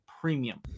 premium